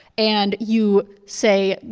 and you, say,